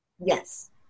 Yes